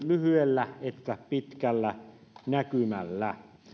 lyhyellä että pitkällä näkymällä